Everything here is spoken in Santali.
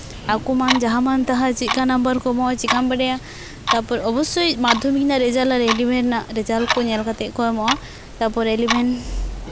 ᱟᱠᱚ ᱢᱟ ᱡᱟᱦᱟᱸ ᱢᱟᱱ ᱛᱟᱦᱟᱸ ᱪᱮᱫᱠᱟ ᱱᱟᱢᱵᱟᱨ ᱠᱚ ᱮᱢᱚᱜᱼᱟ ᱪᱮᱠᱟᱢ ᱵᱟᱲᱟᱭᱟ ᱛᱟᱨᱯᱚᱨ ᱚᱵᱚᱥᱥᱳᱭ ᱢᱟᱫᱽᱫᱷᱚᱢᱤᱠ ᱨᱮᱱᱟᱜ ᱨᱮᱡᱟᱞᱴ ᱟᱨ ᱤᱞᱤᱵᱷᱮᱱ ᱨᱮᱱᱟᱜ ᱨᱮᱡᱟᱞᱴ ᱠᱚ ᱧᱮᱞ ᱠᱟᱛᱮᱫ ᱜᱮᱠᱚ ᱮᱢᱚᱜᱼᱟ ᱛᱟᱨᱯᱚᱨᱮ ᱤᱞᱤᱵᱷᱮᱱ